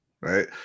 Right